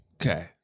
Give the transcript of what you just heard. Okay